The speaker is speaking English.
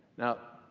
now,